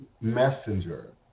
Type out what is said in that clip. messenger